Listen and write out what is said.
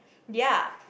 ya